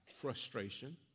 frustration